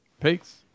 Peace